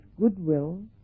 goodwill